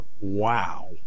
Wow